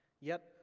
yet,